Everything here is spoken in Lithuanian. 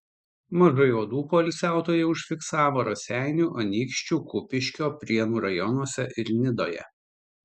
mažai uodų poilsiautojai užfiksavo raseinių anykščių kupiškio prienų rajonuose ir nidoje